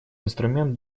инструмент